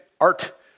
art